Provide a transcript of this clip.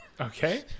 Okay